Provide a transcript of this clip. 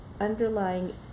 underlying